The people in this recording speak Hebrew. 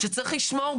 שצריך לשמור,